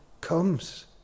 comes